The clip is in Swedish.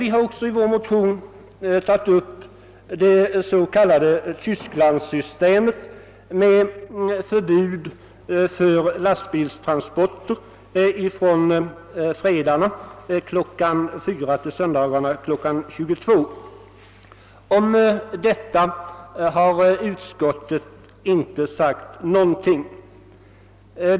I vår motion har vi också tagit upp det s.k. Tysklandssystemet med förbud för lastbilstransporter från fredag klockan 16.00 till söndag klockan 22.00. Om detta har utskottet inte sagt någonting.